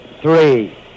three